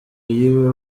yiwe